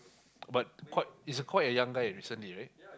but quite is a quite a young guy recently right